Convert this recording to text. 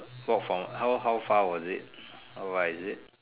walk from how how far was it alright is it